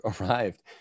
arrived